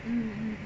mm mm